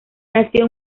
nació